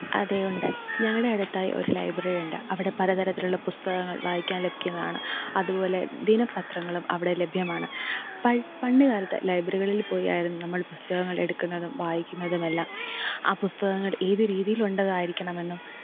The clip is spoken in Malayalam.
അതേ ഉണ്ട് ഞങ്ങളുടെ അടുത്തായി ഒരു ലൈബ്രറിയുണ്ട് അവിടെ പല തരത്തിലുള്ള പുസ്തകങ്ങള് വായിക്കാന് ലഭിക്കുന്നതാണ് അതുപോലെ ദിനപത്രങ്ങളും അവിടെ ലഭ്യമാണ് പണ്ട് കാലത്ത് ലൈബ്രികളില് പോയായിരുന്നു നമ്മള് പുസ്തകങ്ങള് എടുക്കുന്നതും വായിക്കുന്നതുമെല്ലാം ആ പുസ്തകങ്ങള് ഏത് രീതീലുള്ളതായിരിക്കണമെന്നും